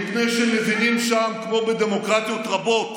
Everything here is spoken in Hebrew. מפני שהם מבינים שם, כמו בדמוקרטיות רבות,